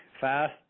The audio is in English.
fast